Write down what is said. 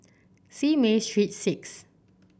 Simei Street Six